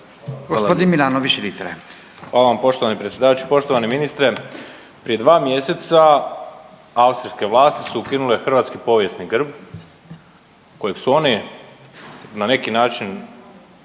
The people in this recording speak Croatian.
suverenisti)** Hvala vam poštovani predsjedavajući. Poštovani ministre. Prije 2 mjeseca austrijske vlasti su ukinule hrvatski povijesni grb kojeg su oni na neki način